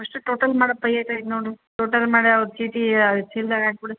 ಅಷ್ಟು ಟೋಟಲ್ ಮಾಡಪ್ಪ ಎಷ್ಟೈತೆ ನೋಡು ಟೋಟಲ್ ಮಾಡಿ ಅವ್ರ್ದು ಚೀಟಿ ಚೀಲ್ದಾಗ ಹಾಕ್ಬಿಡು